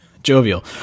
Jovial